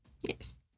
Yes